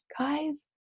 guys